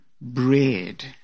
bread